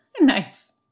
Nice